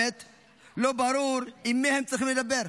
למען האמת, לא ברור עם מי הם צריכים לדבר.